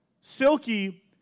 Silky